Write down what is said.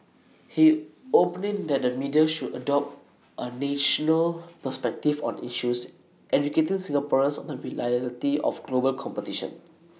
he opined that the media should adopt A national perspective on issues educating Singaporeans on the reality of global competition